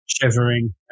Shivering